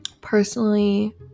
personally